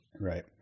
Right